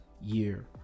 year